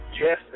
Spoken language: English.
yes